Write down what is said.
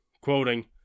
quoting